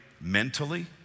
mentally